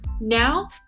Now